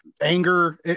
anger